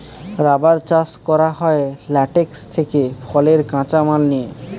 rubber চাষ করা হয় ল্যাটেক্স থেকে ফলের কাঁচা মাল নিয়ে